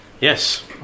Yes